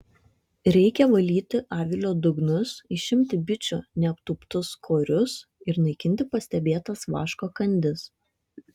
reikia valyti avilio dugnus išimti bičių neaptūptus korius ir naikinti pastebėtas vaško kandis